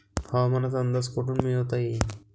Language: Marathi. हवामानाचा अंदाज कोठून मिळवता येईन?